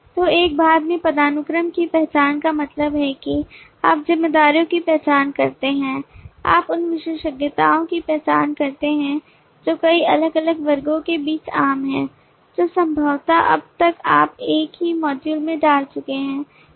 तो एक भाग में पदानुक्रम की पहचान का मतलब है कि आप जिम्मेदारियों की पहचान करते हैं आप उन विशेषताओं की पहचान करते हैं जो कई अलग अलग वर्गों के बीच आम हैं जो संभवतः अब तक आप एक ही मॉड्यूल में डाल चुके हैं